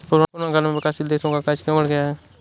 Corona काल में विकासशील देशों का कर्ज क्यों बढ़ गया है?